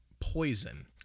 poison